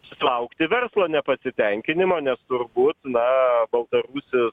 susilaukti verslo nepasitenkinimo nes turbūt na baltarusijos